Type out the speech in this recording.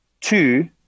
two